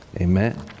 Amen